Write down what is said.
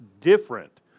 different